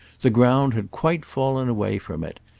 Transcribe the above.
the ground had quite fallen away from it,